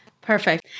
Perfect